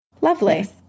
Lovely